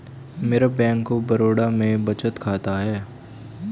मेरा bank of Baroda में बचत खाता है